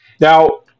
Now